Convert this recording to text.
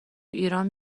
ایران